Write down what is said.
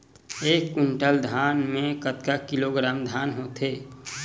एक कुंटल धान में कतका किलोग्राम धान होथे?